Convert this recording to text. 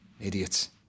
Idiots